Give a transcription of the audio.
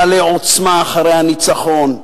מלא עוצמה אחרי הניצחון,